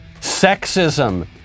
sexism